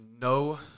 no